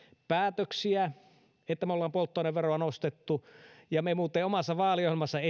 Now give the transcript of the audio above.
päätöksiä me olemme polttoaineveroa nostaneet ja me muuten omassa vaaliohjelmassamme